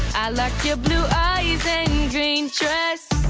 i like your blue eyes and green dress.